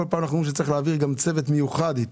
כל פעם אנחנו רואים שצריך להביא צוות מיוחד איתו.